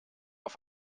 auf